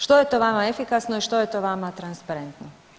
Što je to vama efikasno i što je to vama transparentno?